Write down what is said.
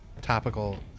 topical